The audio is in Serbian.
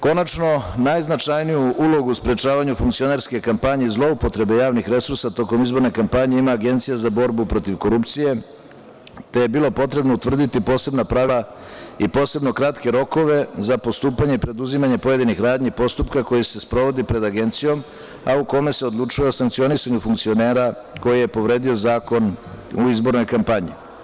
Konačno, najznačajniju ulogu u sprečavanju funkcionerske kampanje i zloupotrebe javnih resursa tokom izborne kampanje ima Agencija za borbu protiv korupcije, te je bilo potrebno utvrditi posebna pravila i posebno kratke rokove za postupanje i preduzimanje pojedinih radnji i postupaka koji se sprovodi pred agencijom, a u kome se odlučuje o sankcionisanju funkcionera koji je povredio zakon u izbornoj kampanji.